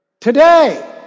Today